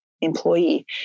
employee